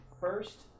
first